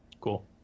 cool